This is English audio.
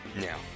Now